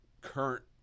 current –